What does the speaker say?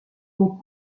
mon